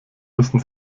müssen